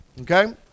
okay